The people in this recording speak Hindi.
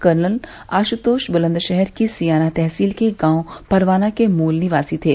कर्नल आशुतोष बुलंदशहर की सियाना तहसील के गांव परवाना के मूल निवासी थे